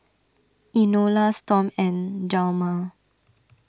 Enola Storm and Hjalmar